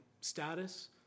status